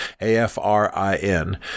A-F-R-I-N